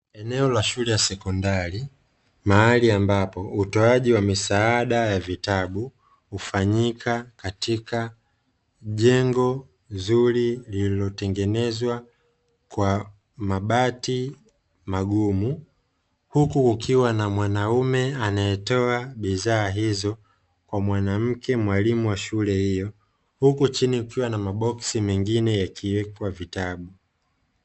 Eneo la shule ya sekondari mahali ambapo utoaji wa vitabu huku kukiwa na mwanaume anayetoa bidhaa hyo kwa mwanamke huku chini kukiwa na vitabu kwenye maboksi mengine